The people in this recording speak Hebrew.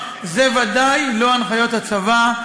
זה בוודאי לא הנחיות הצבא,